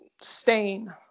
stain